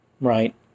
right